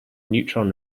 neutron